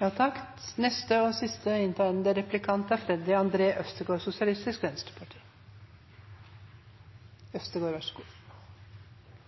Krisen vi står i nå, rammer folk på forskjellige måter, men noe av det som kanskje bekymrer meg mest, er